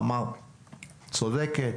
אמר צודקת,